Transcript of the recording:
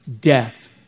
death